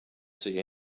see